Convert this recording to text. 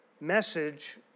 message